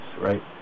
right